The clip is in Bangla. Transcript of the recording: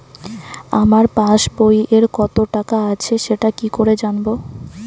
আমার পাসবইয়ে কত টাকা আছে সেটা কি করে জানবো?